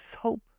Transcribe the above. hope